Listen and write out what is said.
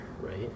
right